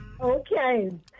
Okay